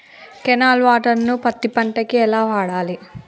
Canal water ను పత్తి పంట కి ఎలా వాడాలి?